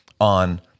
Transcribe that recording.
On